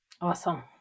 Awesome